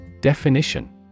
Definition